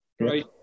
Right